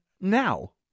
now